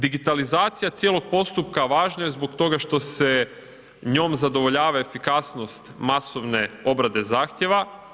Digitalizacija cijelog postupka važno je zbog toga što se njom zadovoljava efikasnost masovne obrade zahtjeva.